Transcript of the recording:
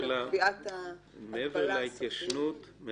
של קביעת ההגבלה הסופית.